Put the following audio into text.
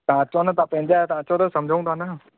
तव्हां अचो न तव्हां पंहिंजा आहियो तव्हां अचो त समुझूं था न